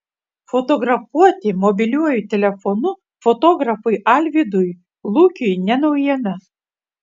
fotografuoti mobiliuoju telefonu fotografui alvydui lukiui ne naujiena